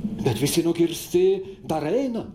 bet visi nukirsti dar eina